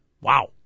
Wow